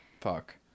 Fuck